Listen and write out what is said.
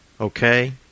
Okay